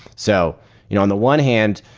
so you know on the one hand,